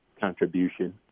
contribution